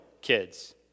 kids